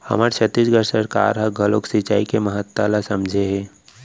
हमर छत्तीसगढ़ सरकार ह घलोक सिचई के महत्ता ल समझे हे